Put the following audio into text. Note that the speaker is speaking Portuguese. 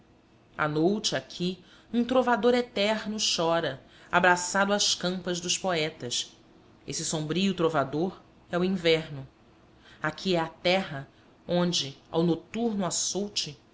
à noute aqui um trovador eterno chora abraçado às campas dos poetas esse sombrio trovador é o inverno aqui é a terra onde ao noturno açoute